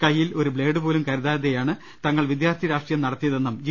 കയ്യിൽ ഒരു ബ്ലേഡ് പോലും കരുതാതെയാണ് തങ്ങൾ വിദ്യാർഥി രാഷ്ട്രീയം നടത്തിയതെന്നും ജി